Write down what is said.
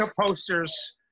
posters